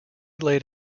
laid